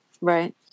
Right